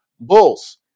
Bulls